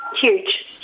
huge